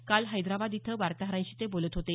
काल हैद्राबाद इथं ते वार्ताहरांशी बोलत होते